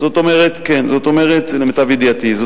למיטב ידיעתי.